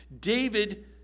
David